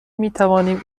میتوانیم